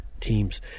teams